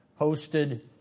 hosted